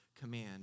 command